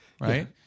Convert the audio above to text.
right